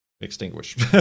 Extinguish